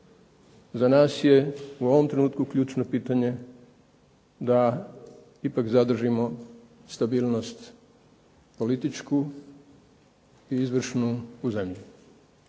za nas je u ovom trenutku ključno pitanje da ipak zadržimo stabilnost političku i izvršnu u …